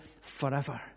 forever